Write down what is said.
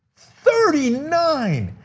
thirty nine.